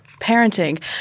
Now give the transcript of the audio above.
parenting